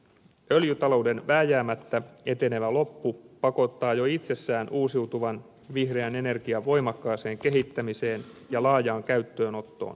öljytalouden vääjäämättä etenevä loppu pakottaa jo itsessään uusiutuvan vihreän energian voimakkaaseen kehittämiseen ja laajaan käyttöönottoon